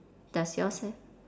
does yours have